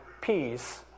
peace